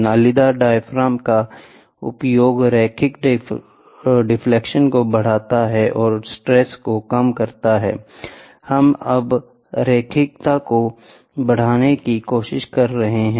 नालीदार diaphragm का उपयोग रैखिक डिफ्लेक्शन को बढ़ाता है और स्ट्रेस को कम करता है हम अब रैखिकता को बढ़ाने की कोशिश कर रहे हैं